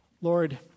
Lord